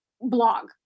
blog